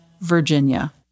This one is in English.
Virginia